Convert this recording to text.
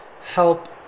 help